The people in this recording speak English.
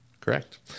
Correct